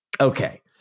okay